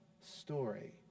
story